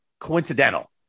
coincidental